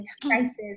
prices